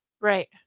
Right